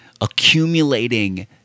accumulating